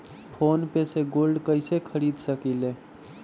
Phone पे से gold कईसे खरीद सकीले?